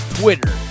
Twitter